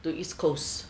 to east coast